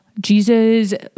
Jesus